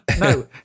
No